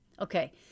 okay